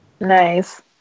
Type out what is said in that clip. Nice